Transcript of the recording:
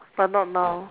but not now